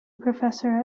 professor